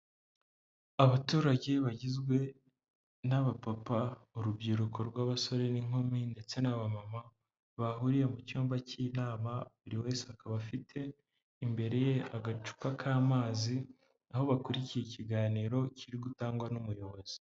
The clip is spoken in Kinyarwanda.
Abaturage bagizwe n'abapapa, urubyiruko rw'abasore n'inkumi ndetse abamama bahuriye mu cyumba cy'inama, buri wese akaba afite imbere agacupa k'amazi aho bakuriye ikiganiro kiri gutangwa n'umuyobozi.